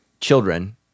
children